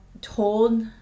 told